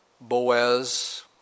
Boaz